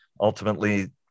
Ultimately